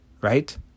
Right